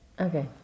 Okay